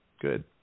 Good